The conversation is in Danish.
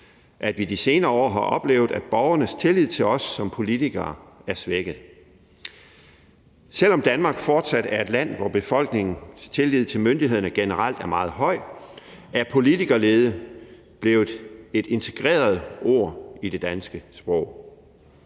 at vi de senere år har oplevet, at borgernes tillid til os som politikere er svækket. Selv om Danmark fortsat er et land, hvor befolkningens tillid til myndighederne generelt er meget høj, er politikerlede blevet et integreret ord i det danske sprog.